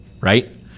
right